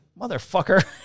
motherfucker